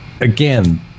again